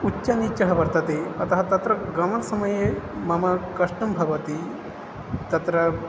उच्चनीचः वर्तते अतः तत्र गमनसमये मम कष्टं भवति तत्र